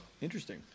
Interesting